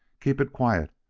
keep it quiet,